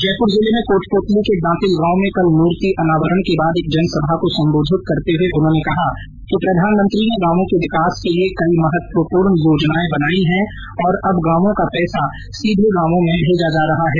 जयपुर जिले में कोटपुतली के दातिल गांव में कल मूर्ति अनावरण के बाद एक जनसभा को संबोधित करते हए उन्होंने कहा कि प्रधानमंत्री ने गांवों के विकास के लिए कई महत्वपूर्ण योजनाए बनाई हैं और अब गांवों का पैसा सीधे गांवो में भेजा जा रहा है